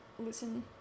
listen